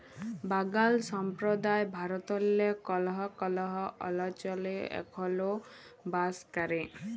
বাগাল সম্প্রদায় ভারতেল্লে কল্হ কল্হ অলচলে এখল বাস ক্যরে